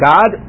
God